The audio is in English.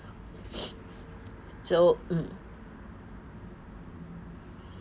so mm